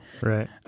Right